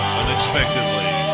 unexpectedly